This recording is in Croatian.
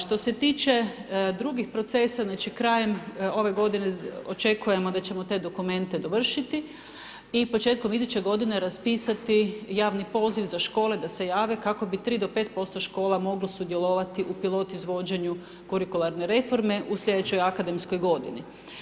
Što se tiče drugih procesa, znači krajem ove godine očekujemo da ćemo te dokumente dovršiti i početkom iduće godine raspisati javni poziv za škole da se jave kako bi tri do pet posto škola moglo sudjelovati u pilot izvođenju kurikularne reforme u sljedećoj akademskoj godini.